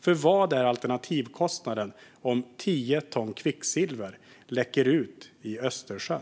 För vad är alternativkostnaden om tio ton kvicksilver läcker ut i Östersjön?